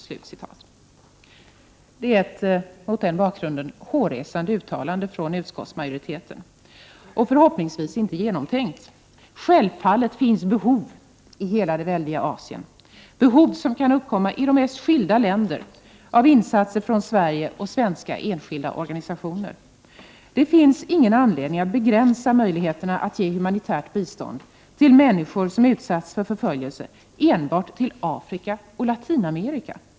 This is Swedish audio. Mot bakgrund av vad som nämnts är det ett hårresande uttalande från utskottsmajoriteten. Förhoppningsvis är det inte genomtänkt. Självfallet finns det behov i hela det väldiga Asien, behov som kan uppkomma i de mest skilda länder, av insatser från Sverige och svenska enskilda organisationer. Det finns ingen anledning att begränsa möjligheterna att ge humanitärt bistånd till människor som har utsatts för förföljelse enbart till Afrika och Latinamerika.